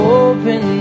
open